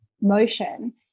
motion